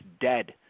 dead